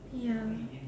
ya